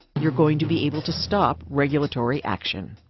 you're going to be able to stop regulatory actione